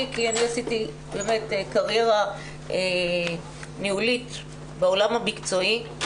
כי אני עשיתי באמת קריירה ניהולית בעולם המקצועי.